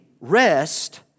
rest